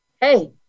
hey